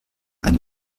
einen